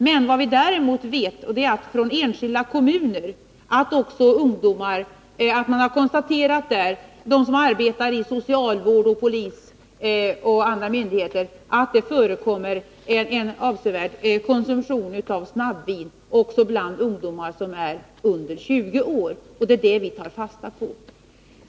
Men vad vi däremot vet från skilda kommuner är att de som arbetar inom socialvården, polisen och andra myndigheter känner till att det förekommer en avsevärd konsumtion av snabbvin också bland ungdomar som är under 20 år. Det är det vi tar fasta på.